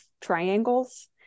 triangles